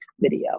video